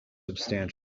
substantial